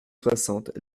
soixante